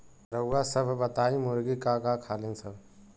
रउआ सभ बताई मुर्गी का का खालीन सब?